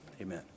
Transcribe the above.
Amen